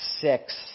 six